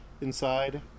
Inside